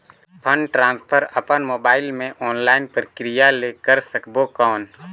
Fund transfer अपन mobile मे online प्रक्रिया ले कर सकबो कौन?